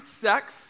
sex